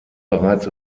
bereits